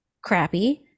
crappy